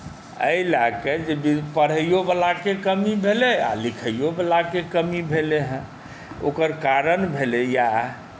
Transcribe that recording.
एहिलए कऽ जे बिन पढ़ैओवलाके कमी भेलै आ लिखैओवलाके कमी भेलै हेँ ओकर कारण भेलै इएह